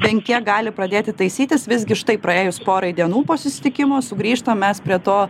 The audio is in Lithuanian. bent kiek gali pradėti taisytis visgi štai praėjus porai dienų po susitikimo sugrįžtam mes prie to